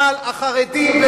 אבל החרדים,